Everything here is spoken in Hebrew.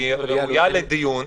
והיא ראויה לדיון,